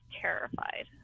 terrified